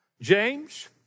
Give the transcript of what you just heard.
James